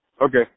Okay